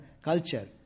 culture